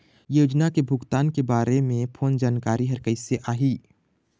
योजना के भुगतान के बारे मे फोन जानकारी हर कइसे आही?